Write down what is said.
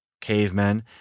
cavemen